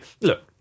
look